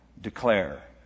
declare